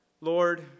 Lord